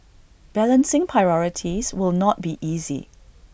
balancing priorities will not be easy